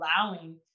allowing